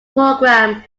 program